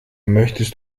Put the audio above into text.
möchtest